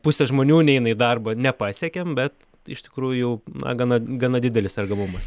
pusė žmonių neina į darbą nepasiekėm bet iš tikrųjų na gana gana didelis sergamumas